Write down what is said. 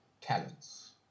talents